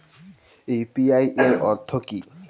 UPI এর অর্থ কি?